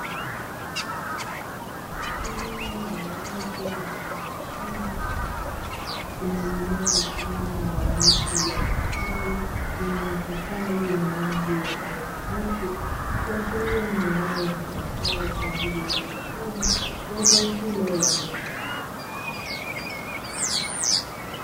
Eneo la wazi mfano wa shamba lenye mimea aina ya miti ya mipapai yenye mapapai yenye rangi ya kijani kibichi, kuashiria ni eneo litumikalo kwaajili uzalishaji wa zao hilo la biashara.